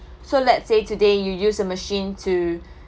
so let's say today you use a machine to